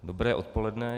Dobré odpoledne.